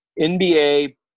NBA